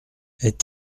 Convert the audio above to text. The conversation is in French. est